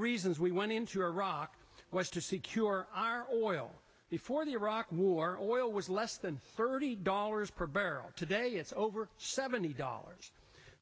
reasons we went into iraq was to secure our oil before the iraq war or oil was less than thirty dollars per barrel today it's over seventy dollars